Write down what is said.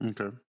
Okay